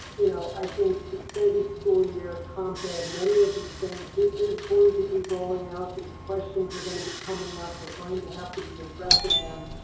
you know, i think extended school year, comp ed, many of these things, this is going to be rolling out. these questions are going to be coming up. we're going to have to be addressing them,